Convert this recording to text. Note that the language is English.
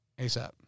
asap